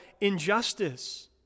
injustice